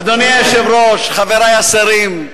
אדוני היושב-ראש, חברי השרים,